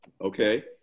okay